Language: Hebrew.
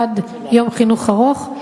אחד יום חינוך ארוך,